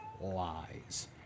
lies